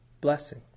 blessing